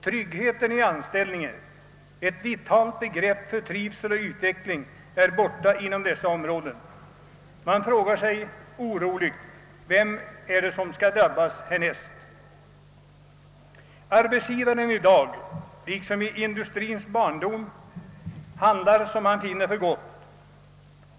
Tryggheten i anställningen, ett vitalt begrepp för trivsel och utveckling, är borta inom dessa områden. Man frågar sig oroligt vem det är som skall drabbas härnäst. Arbetsgivaren i dag liksom i industriens barndom handlar som han finner för gott.